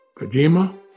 Kojima